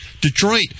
Detroit